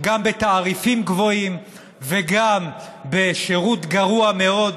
גם בתעריפים גבוהים וגם בשירות גרוע מאוד,